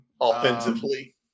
offensively